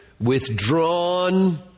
withdrawn